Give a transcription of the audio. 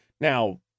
Now